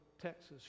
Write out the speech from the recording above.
Texas